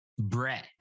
Brett